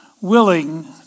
willing